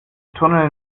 tunnel